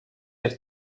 jest